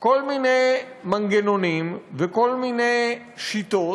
כל מיני מנגנונים וכל מיני שיטות,